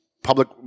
public